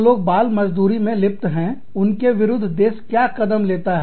जो लोग बाल मजदूरी में लिप्त हैं उनके विरुद्ध देश क्या कदम लेता है